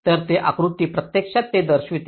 तर हे आकृती प्रत्यक्षात ते दर्शवते